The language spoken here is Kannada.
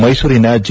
ಮೈಸೂರಿನ ಜೆ